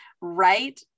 right